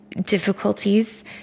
difficulties